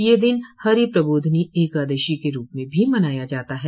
यह दिन हरि प्रबोधिनी एकादशी के रूप में भी मनाया जाता है